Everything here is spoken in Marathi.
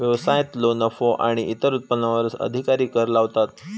व्यवसायांतलो नफो आणि इतर उत्पन्नावर अधिकारी कर लावतात